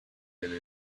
been